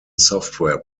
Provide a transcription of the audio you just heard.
software